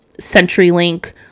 CenturyLink